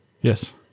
Yes